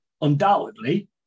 undoubtedly